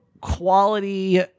quality